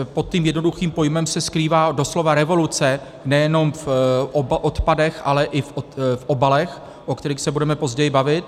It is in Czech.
Pod tím jednoduchým pojmem se skrývá doslova revoluce nejenom v odpadech, ale i v obalech, o kterých se budeme později bavit.